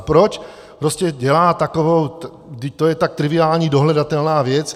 Proč dělá takovou, vždyť to je tak triviální dohledatelná věc.